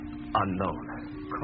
unknown